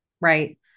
Right